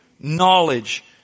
knowledge